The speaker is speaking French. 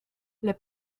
les